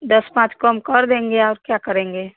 दस पाँच कम कर देंगे और क्या करेंगे